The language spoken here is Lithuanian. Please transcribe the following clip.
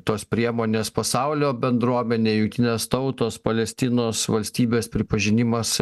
tos priemonės pasaulio bendruomenė jungtinės tautos palestinos valstybės pripažinimas